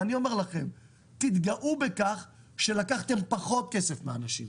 ואני אומר לכם: תתגאו בכך שלקחתם פחות כסף מאנשים.